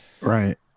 Right